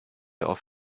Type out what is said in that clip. off